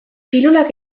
pilulak